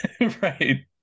right